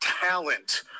talent